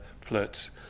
flirts